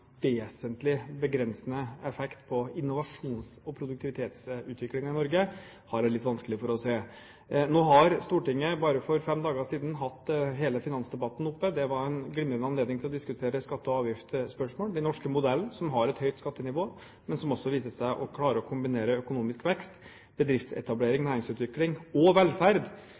vesentlig begrensende effekt på innovasjons- og produktivitetsutviklingen i Norge, har jeg litt vanskelig for å se. Nå har Stortinget bare for fem dager siden hatt hele finansdebatten oppe. Det var en glimrende anledning til å diskutere skatte- og avgiftsspørsmål, den norske modellen, som har et høyt skattenivå, men som også viser seg å klare å kombinere økonomisk vekst, bedriftsetablering, næringsutvikling, velferd og